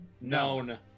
Known